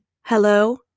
Hello